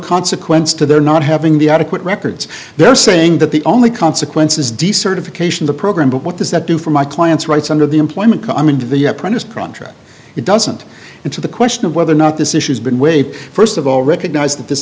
consequence to their not having the adequate records they're saying that the only consequences decertification the program but what does that do for my client's rights under the employment coming to the apprentice trondra it doesn't into the question of whether or not this issue's been way first of all recognize that this